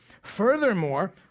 Furthermore